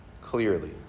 clearly